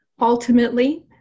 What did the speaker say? ultimately